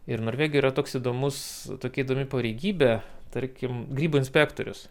ir norvegijoj yra toks įdomus tokia įdomi pareigybė tarkim grybų inspektorius